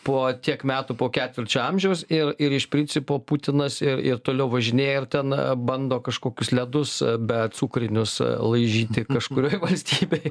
po tiek metų po ketvirčio amžiaus ir ir iš principo putinas ir ir toliau važinėja ir ten bando kažkokius ledus becukrinius laižyti kažkurioj valstybėj